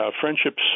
Friendships